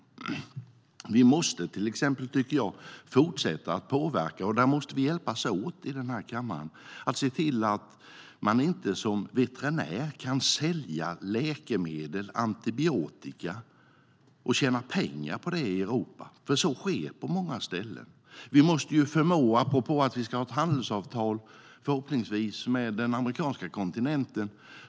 Vi i den här kammaren måste hjälpas åt att fortsätta påverka, till exempel genom att se till att veterinärer inte kan sälja läkemedel, till exempel antibiotika, och tjäna pengar på det i Europa. Det sker nämligen på många ställen. Vi ska förhoppningsvis få ett handelsavtal med den amerikanska kontinenten.